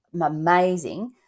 amazing